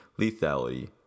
lethality